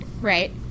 Right